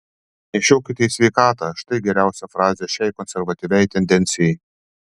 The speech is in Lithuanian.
nešiokite į sveikatą štai geriausia frazė šiai konservatyviai tendencijai